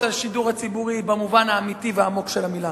השידור הציבורי במובן האמיתי והעמוק של המלה.